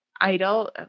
idle